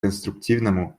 конструктивному